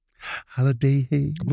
Holiday